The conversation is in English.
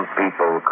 people